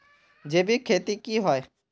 जैविक खेती की होय?